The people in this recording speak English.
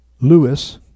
Lewis